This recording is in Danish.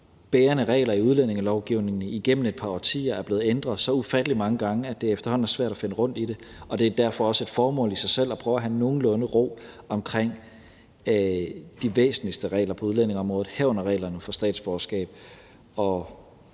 bærende regler i udlændingelovgivningen igennem et par årtier er blevet ændret så ufattelig mange gange, at det efterhånden er svært at finde rundt i det, og det er derfor også et formål i sig selv at prøve at have nogenlunde ro omkring de væsentligste regler på udlændingeområdet, herunder reglerne for statsborgerskab.